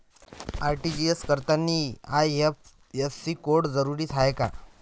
RTGS करतांनी IFSC code जरुरीचा हाय का?